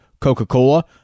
Coca-Cola